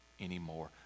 anymore